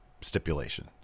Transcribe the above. stipulation